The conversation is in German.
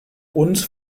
uns